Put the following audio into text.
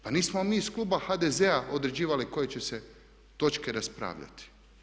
Pa nismo mi iz kluba HDZ-a određivali koje će se točke raspravljati.